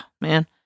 man